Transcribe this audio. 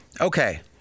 Okay